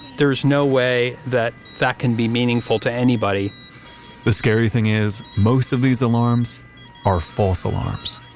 there's no way that, that can be meaningful to anybody the scary thing is most of these alarms are false alarms.